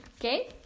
okay